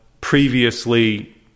previously